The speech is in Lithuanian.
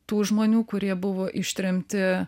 tų žmonių kurie buvo ištremti